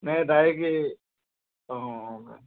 নাই ডাইৰেক্ট এই অঁ অঁ অঁ